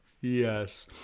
Yes